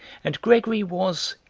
and gregory was,